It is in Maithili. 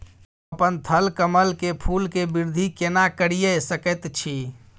हम अपन थलकमल के फूल के वृद्धि केना करिये सकेत छी?